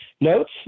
notes